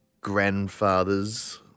grandfathers